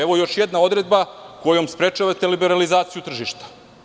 Evo je još jedna odredba kojom sprečavate liberalizaciju tržišta.